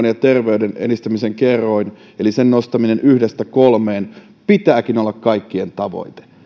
ja terveyden edistämisen kertoimen nostamisen yhdestä kolmeen pitääkin olla kaikkien tavoite